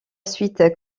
suite